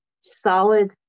solid